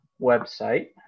website